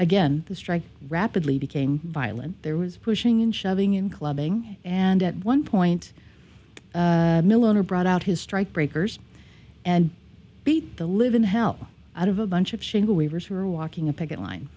again the strike rapidly became violent there was pushing and shoving and clubbing and at one point miller brought out his strike breakers and beat the living hell out of a bunch of shingle weavers who were walking a picket line